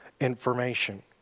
information